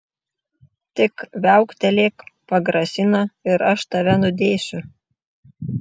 tik viauktelėk pagrasina ir aš tave nudėsiu